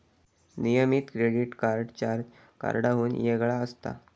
नियमित credit card charge कार्डाहुन वेगळा असता